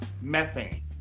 methane